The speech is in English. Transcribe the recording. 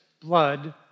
blood